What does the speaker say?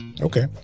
Okay